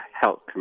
Health